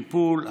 טיפול,